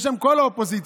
בשם כל האופוזיציה,